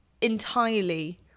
entirely